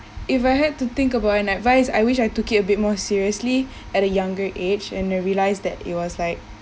if I had to think about an advice I wish I took it a bit more seriously at a younger age and I realised that it was like